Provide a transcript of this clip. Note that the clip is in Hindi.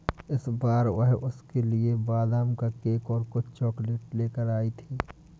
इस बार वह उसके लिए बादाम का केक और कुछ चॉकलेट लेकर आई थी